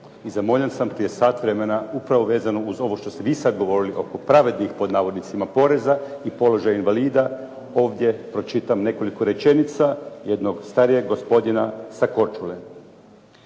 i zamoljen sam prije sat vremena, upravo vezano uz ovo što ste vi sad govorili, oko "pravednih" poreza i položaju invalida, ovdje pročitam nekoliko rečenica jednog starijeg gospodina sa Korčule.